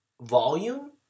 volume